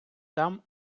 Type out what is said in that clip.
там